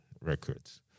records